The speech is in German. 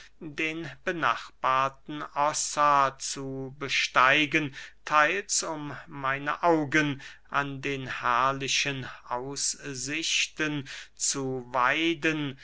den benachbarten ossa zu besteigen theils um meine augen an den herrlichen aussichten zu weiden